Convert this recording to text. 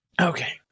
Okay